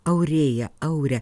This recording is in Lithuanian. aurėją aurę